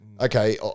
okay